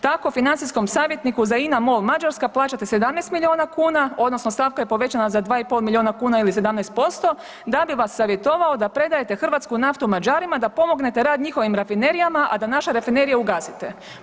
Tako financijskom savjetniku za INA Mol Mađarska plaćate 17 milijuna kuna odnosno stavka je povećana za 2,5 milijuna kuna ili 17% da bi vas savjetovao da predajete hrvatsku naftu Mađarima da pomognete rad njihovim rafinerijama, a da naše rafinerije ugasite.